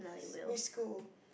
which school